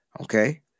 Okay